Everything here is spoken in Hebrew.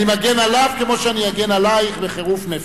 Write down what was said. אני מגן עליו, כמו שאני אגן עלייך בחירוף נפש.